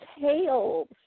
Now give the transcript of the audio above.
tails